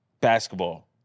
basketball